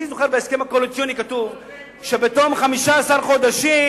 אני זוכר שבהסכם הקואליציוני כתוב שבתום 15 חודשים,